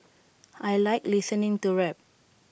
I Like listening to rap